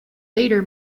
later